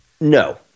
No